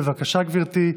בבקשה, גברתי,